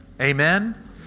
Amen